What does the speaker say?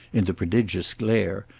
in the prodigious glare,